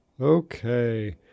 Okay